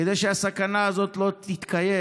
כדי שהסכנה הזאת לא תתקיים,